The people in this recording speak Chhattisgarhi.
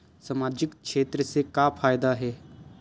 सामजिक क्षेत्र से का फ़ायदा हे?